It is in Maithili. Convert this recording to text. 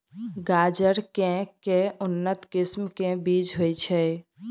गाजर केँ के उन्नत किसिम केँ बीज होइ छैय?